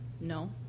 No